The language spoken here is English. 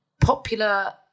popular